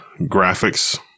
graphics